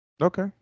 Okay